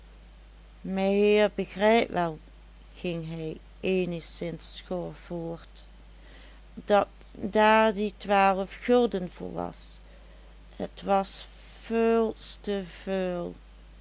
ging hij eenigszins schor voort dat daar die twaalf gulden voor was het was veuls